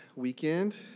weekend